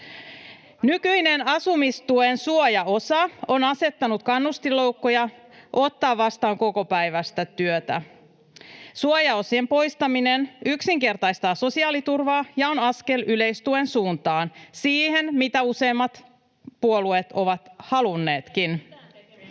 Nykyinen asumistuen suojaosa on asettanut kannustinloukkuja ottaa vastaan kokopäiväistä työtä. Suojaosien poistaminen yksinkertaistaa sosiaaliturvaa ja on askel yleistuen suuntaan — siihen, mitä useimmat puolueet ovat halunneetkin.